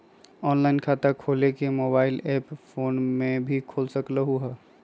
Online खाता खोले के मोबाइल ऐप फोन में भी खोल सकलहु ह?